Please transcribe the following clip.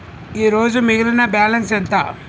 ఈరోజు మిగిలిన బ్యాలెన్స్ ఎంత?